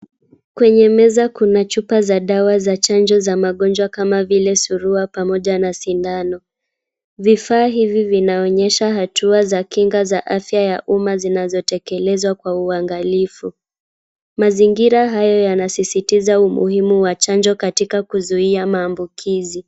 Kwenye meza kuna chupa za chanjo ya magonjwa kama vile surua pamoja na sindano. Vifaa hivi vinaonyesha hatua za kinga za afya ya umma zinazotekelezwa kwa uangalifu. Mazingira hayo yanasisitiza umuhimu wa chanjo katika kuzuia maambukizi.